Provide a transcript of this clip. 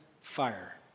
fire